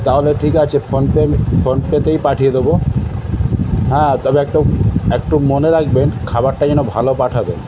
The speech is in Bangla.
তাহলে ঠিক আছে ফোনপে আমি ফোনপেতেই পাঠিয়ে দেবো হ্যাঁ তবে একটু একটু মনে রাখবেন খাবারটা যেন ভালো পাঠাবেন